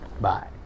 Bye